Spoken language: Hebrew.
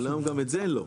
אבל היום גם את זה אין לו.